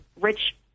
rich